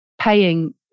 paying